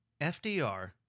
FDR